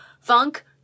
funk